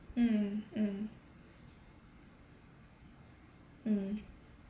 mm mm mm